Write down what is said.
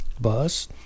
bus